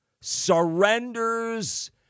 surrenders